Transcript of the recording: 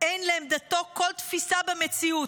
אין לעמדתו כל תפיסה במציאות.